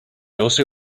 also